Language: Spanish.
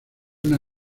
una